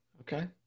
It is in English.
okay